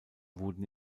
wurden